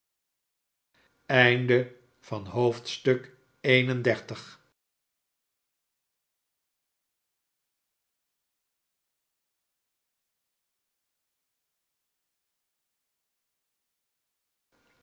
top van het